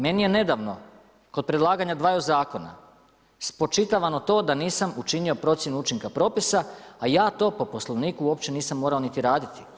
Meni je nedavno kod predlaganja dvaju zakona spočitavano to da nisam učinio procjenu učinka propisa, a ja to po Poslovniku uopće nisam morao niti raditi.